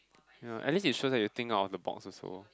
you know at least it shows that you think out of the box also